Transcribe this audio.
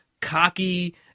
cocky